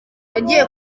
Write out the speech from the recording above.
yajyiye